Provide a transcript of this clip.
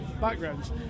backgrounds